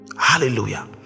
Hallelujah